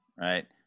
right